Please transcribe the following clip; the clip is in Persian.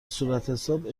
صورتحساب